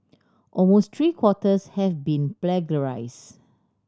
almost three quarters has been plagiarise